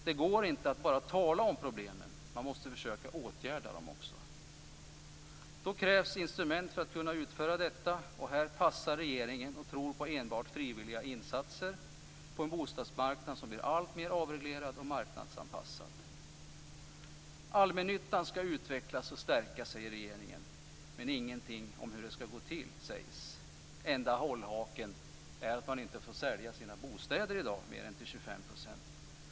Det går inte att bara tala om problemen. Man måste försöka att åtgärda dem också. Då krävs instrument för att kunna utföra detta. Här passar regeringen och tror på enbart frivilliga insatser på en bostadsmarknad som blir alltmer avreglerad och marknadsanpassad. Allmännyttan skall utvecklas och stärkas, säger regeringen. Men ingenting sägs om hur det skall gå till. Den enda hållhaken är att de allmännyttiga bostadsbolagen i dag inte får sälja mer än 25 % av sina bostäder.